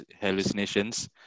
hallucinations